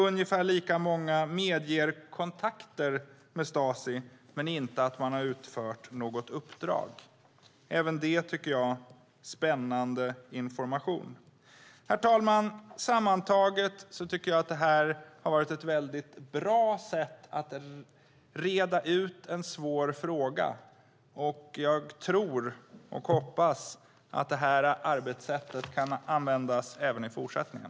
Ungefär lika många medger kontakter med Stasi men inte att man utfört något uppdrag - även det spännande information, tycker jag. Herr talman! Sammantaget tycker jag att det här har varit ett väldigt bra sätt att reda ut en svår fråga. Jag hoppas och tror att det här arbetssättet kan användas även i fortsättningen.